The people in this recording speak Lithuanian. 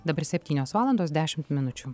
dabar septynios valandos dešimt minučių